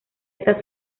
esta